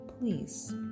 please